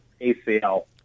ACL